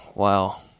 Wow